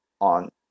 on